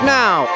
now